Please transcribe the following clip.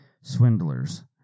swindlers